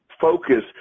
focus